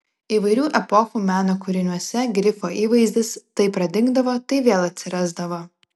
įvairių epochų meno kūriniuose grifo įvaizdis tai pradingdavo tai vėl atsirasdavo